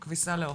או כביסה לאוכל.